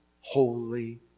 holy